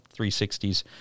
360s